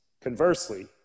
Conversely